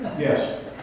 Yes